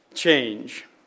change